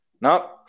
Nope